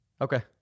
Okay